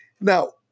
Now